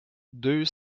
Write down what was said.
deux